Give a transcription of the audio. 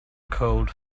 cold